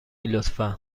لطفا